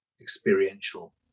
experiential